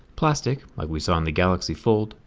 plastic, like we saw on the galaxy fold.